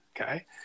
Okay